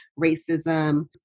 racism